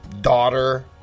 daughter